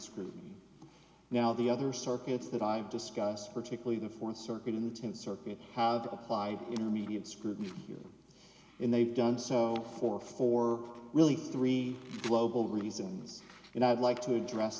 scrutiny now the other circuits that i've discussed particularly the th circuit in the th circuit have applied you know media scrutiny and they've done so for for really three global reasons and i'd like to address